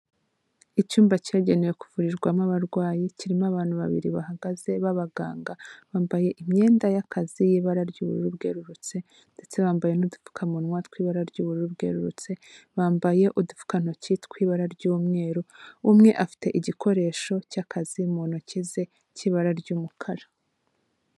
Icyumba cyagenewe kuvurirwamo abarwayi, kirimo abantu babiri bahagaze b'abaganga, bambaye imyenda y'akazi y'ibara ry'ubururu bwerurutse, ndetse bambaye n'udupfukamunwa tw'ibara ry'ubururu bwerurutse, bambaye udupfukantoki tw'ibara ry'umweru, umwe afite igikoresho cy'akazi mu ntoki ze cy'ibara ry'umukara.